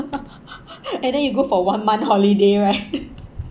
and then you go for one month holiday right